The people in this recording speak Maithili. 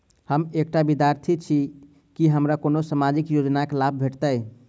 हम एकटा विद्यार्थी छी, की हमरा कोनो सामाजिक योजनाक लाभ भेटतय?